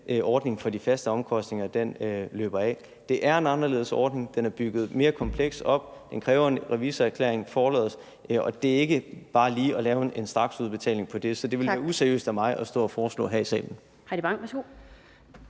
ordningen for de faste omkostninger forløber. Det er en anderledes ordning. Den er bygget mere komplekst op. Den kræver forlods en revisorerklæring. Det er ikke bare lige at lave en straksudbetaling, så det ville være useriøst af mig at stå og foreslå det her i salen.